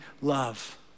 love